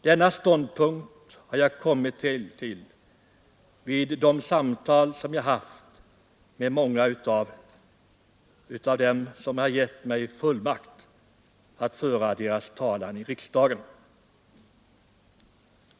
Denna ståndpunkt har jag kommit till vid de samtal som jag haft med många av dem som har givit mig uppdraget att föra deras talan i riksdagen.